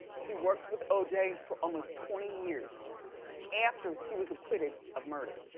he worked with oj for almost twenty years after he was acquitted of murder.